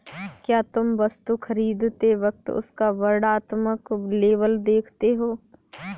क्या तुम वस्तु खरीदते वक्त उसका वर्णात्मक लेबल देखते हो?